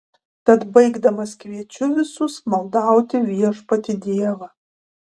tad baigdamas kviečiu visus maldauti viešpatį dievą